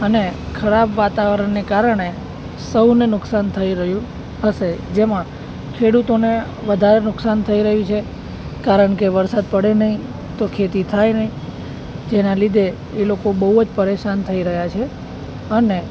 અને ખરાબ વાતાવરણને કારણે સૌને નુકસાન થઈ રહ્યું હશે જેમાં ખેડૂતોને વધારે નુકસાન થઈ રહ્યું છે કારણ કે વરસાદ પડે નહીં તો ખેતી થાય નહીં જેના લીધે એ લોકો બહુ જ પરેશાન થઈ રહ્યા છે અને